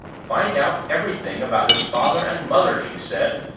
find out everything about his father and mother! she said,